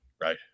Right